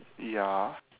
ya